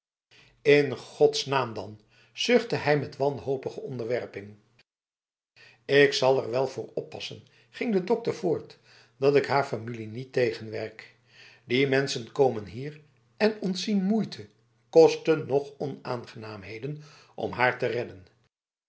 in godsnaam dan zuchtte hij met wanhopige onderwerping ik zal er wel voor oppassen ging de dokter voort dat ik haar familie niet tegenwerk die mensen komen hier en ontzien moeite kosten noch onaangenaamheden om haar te reddenb